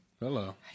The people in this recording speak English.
Hello